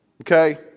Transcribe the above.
Okay